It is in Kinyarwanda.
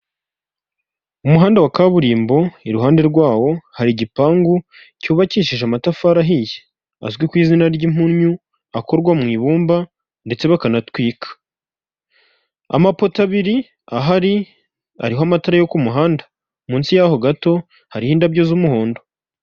Umuhanda wa kaburimbo iruhande rwawo hari igipangu cyubakishije amatafari ahiye azwi ku izina ry'impunyu, akorwa mu ibumba ndetse bakanatwika, amapoto abiri ahari ariho amatara yo ku muhanda, munsi y'aho gato hariho indabyo z'umuhondo.